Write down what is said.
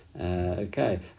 Okay